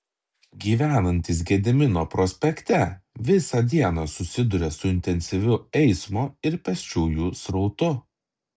gyvenantys gedimino prospekte visą dieną susiduria su intensyviu eismo ir pėsčiųjų srautu